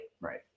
Right